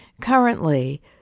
Currently